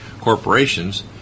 corporations